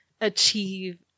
achieve